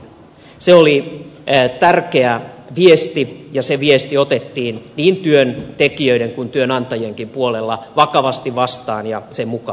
se oli tärkeä viesti ja se viesti otettiin niin työntekijöiden kuin työnantajienkin puolella vakavasti vastaan ja sen mukaan toimittiin